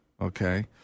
okay